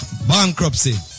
Bankruptcy